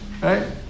Right